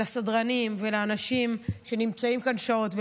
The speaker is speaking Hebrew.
לסדרנים ולאנשים שנמצאים כאן שעות,